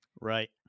Right